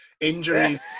injuries